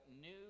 new